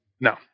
No